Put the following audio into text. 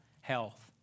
health